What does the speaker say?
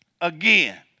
again